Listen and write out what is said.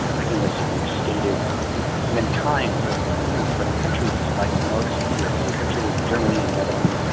i think this has been stated many times in the news, but in countries like most european countries, in germany and the netherlands,